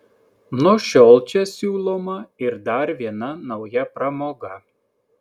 nuo šiol čia siūloma ir dar viena nauja pramoga